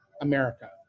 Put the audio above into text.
America